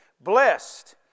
Blessed